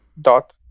dot